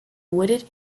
wooded